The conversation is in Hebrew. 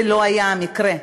זה לא היה המקרה.